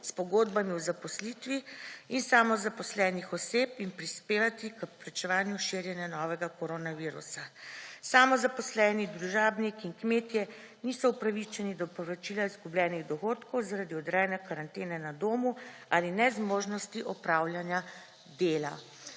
s pogodbami o zaposlitvi in samozaposlenih oseb in prispevati k preprečevanju širjenja novega koronavirusa. Samozaposleni, družabniki in kmetje niso upravičeni do povračila izgubljenih dohodkov zaradi odrejanje karantene na domu ali nezmožnosti opravljanja dela